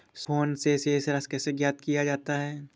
Phone से शेष राशि कैसे ज्ञात किया जाता है?